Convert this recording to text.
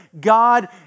God